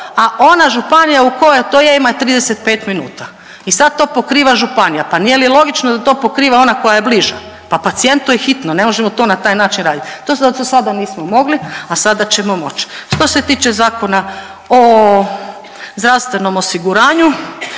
a ona županija u koja to je ima 35 minuta i sad to pokriva županija, pa nije li logično da to pokriva ona koja je bliža, pa pacijentu je hitno ne možemo to na taj način radit. To zato do sada nismo mogli, a sada ćemo moć. Što se tiče Zakona o zdravstvenom osiguranju,